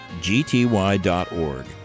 gty.org